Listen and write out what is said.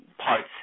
Parts